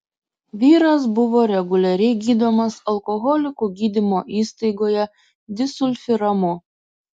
vyras buvo reguliariai gydomas alkoholikų gydymo įstaigoje disulfiramu